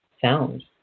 sound